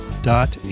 Dot